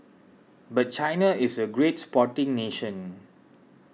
but China is a great sporting nation